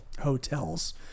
hotels